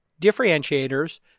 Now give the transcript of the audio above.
differentiators